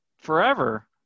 Forever